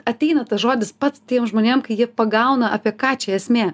ateina tas žodis pats tiem žmonėm kai jie pagauna apie ką čia esmė